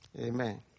Amen